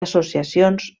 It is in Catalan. associacions